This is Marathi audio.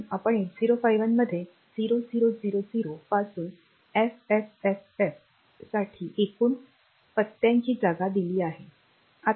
म्हणून आपण 8051 मध्ये 0000 पासून FFFF साठी एकूण पत्त्याची जागा दिली आहे